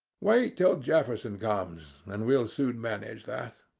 wait till jefferson comes, and we'll soon manage that.